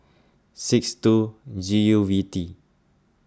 six two G U V T